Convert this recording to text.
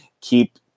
Keep